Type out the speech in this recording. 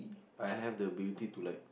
I have the ability to learn